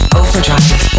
overdrive